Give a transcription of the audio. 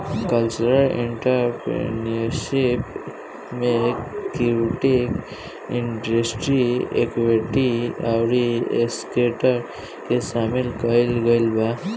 cultural entrepreneurship में creative industry activity अउरी sector के सामिल कईल गईल बा